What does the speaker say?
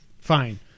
fine